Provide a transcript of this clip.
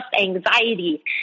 anxiety